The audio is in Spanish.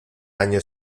año